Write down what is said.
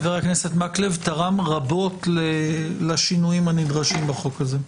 חבר הכנסת מקלב תרם רבות לשינויים הנדרשים בחוק הזה.